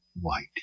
white